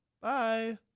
bye